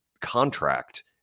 contract